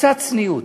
קצת צניעות: